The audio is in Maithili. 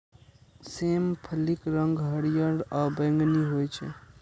सेम फलीक रंग हरियर आ बैंगनी होइ छै